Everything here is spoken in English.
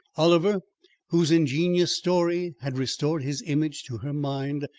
oliver whose ingenuous story had restored his image to her mind,